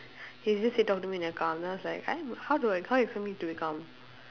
he just said talk to me when you're calm then I was like I am how do I how do you expect me to be calm